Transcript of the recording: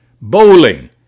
bowling